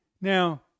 Now